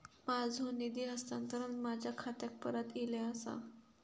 माझो निधी हस्तांतरण माझ्या खात्याक परत इले आसा